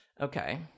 Okay